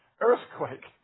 Earthquake